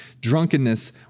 drunkenness